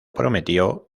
prometió